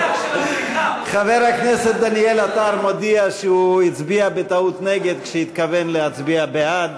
חבר הכנסת דניאל עטר מודיע שהוא הצביע בטעות נגד כשהתכוון להצביע בעד